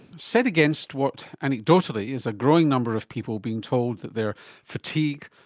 set against what anecdotally is a growing number of people being told that their fatigue,